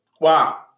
Wow